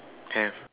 S